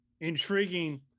intriguing